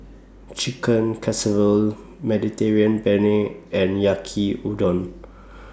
Chicken Casserole Mediterranean Penne and Yaki Udon